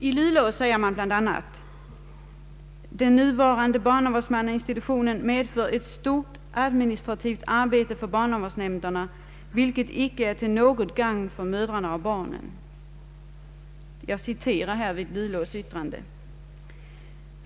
I Luleå säger man bl.a.: ”Den nuvarande barnavårdsmannaainstitutionen medför ett stort administrativt arbete för barnavårdsnämnderna, vilket icke är till något gagn för mödrarna och barnen.